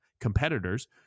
competitors